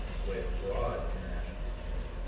with broad international support,